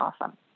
awesome